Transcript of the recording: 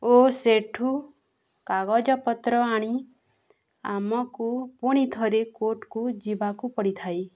ଓ ସେଠୁ କାଗଜପତ୍ର ଆଣି ଆମକୁ ପୁଣି ଥରେ କୋର୍ଟକୁ ଯିବାକୁ ପଡ଼ିଥାଏ